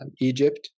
Egypt